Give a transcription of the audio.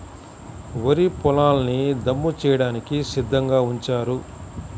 వరి పొలాల్ని దమ్ము చేయడానికి సిద్ధంగా ఉంచారు